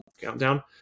countdown